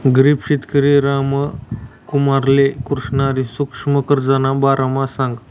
गरीब शेतकरी रामकुमारले कृष्णनी सुक्ष्म कर्जना बारामा सांगं